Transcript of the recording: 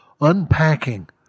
unpacking